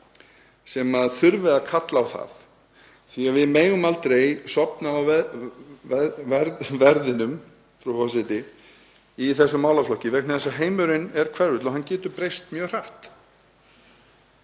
sem eiga sér stað í Úkraínu. Við megum aldrei sofna á verðinum, frú forseti, í þessum málaflokki vegna þess að heimurinn er hverfull og hann getur breyst mjög hratt.